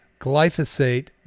glyphosate